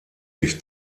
sich